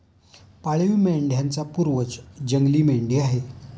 पाळीव मेंढ्यांचा पूर्वज जंगली मेंढी आहे